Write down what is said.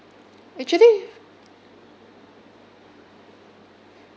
actually